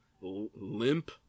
limp